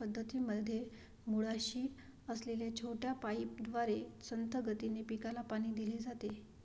पद्धतीमध्ये मुळाशी असलेल्या छोट्या पाईपद्वारे संथ गतीने पिकाला पाणी दिले जाते